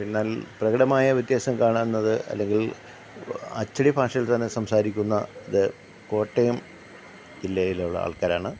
പിന്നെ പ്രകടമായ വ്യത്യാസം കാണാവുന്നത് അല്ലെങ്കിൽ അച്ചടി ഭാഷയിൽ തന്നെ സംസാരിക്കുന്നത് കോട്ടയം ജില്ലയിലുള്ള ആൾക്കാരാണ്